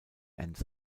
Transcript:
enz